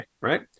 right